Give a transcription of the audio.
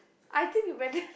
I think you better